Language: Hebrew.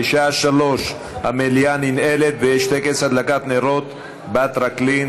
בשעה 15:00 המליאה ננעלת ויש טקס הדלקת נרות בטרקלין,